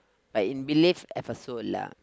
but in believe ever saw lah